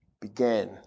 began